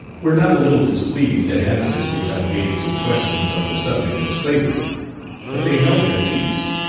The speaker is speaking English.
were not a little displeased at answers which i gave to questions on the subject of slavery but they held their peace.